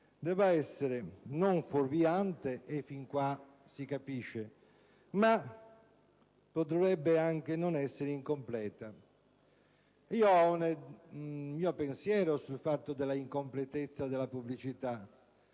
debba essere non fuorviante (e fin qui si capisce), ma anche non incompleta. Ho un mio pensiero sul fatto della incompletezza della pubblicità: